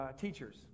teachers